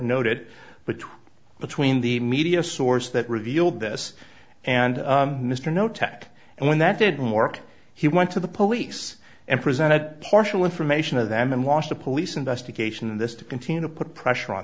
noted but true between the media source that revealed this and mr know tech and when that didn't work he went to the police and presented partial information of them and watched a police investigation in this to continue to put pressure on